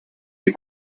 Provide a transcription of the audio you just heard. des